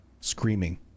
Screaming